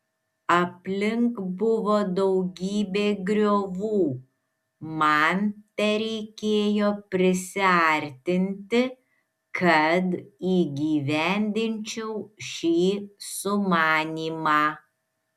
aplink buvo daugybė griovų man tereikėjo prisiartinti kad įgyvendinčiau šį sumanymą